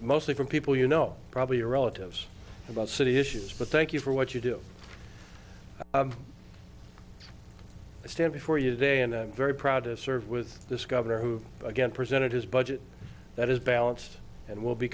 mostly from people you know probably relatives about city issues but thank you for what you do i stand before you today and i'm very proud to serve with this governor who again presented his budget that is balanced and will be